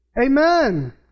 Amen